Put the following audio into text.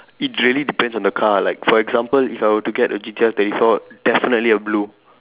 it really depends on the car like for example if I were to get a G_T_R thirty four definitely a blue